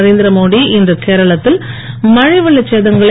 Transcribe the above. நரேந்திரமோடி இன்று கேரளத்தில் மழை வெள்ளச் சேதங்களை